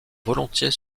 volontiers